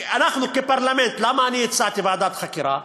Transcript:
אנחנו, כפרלמנט, למה אני הצעתי ועדת חקירה?